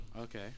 Okay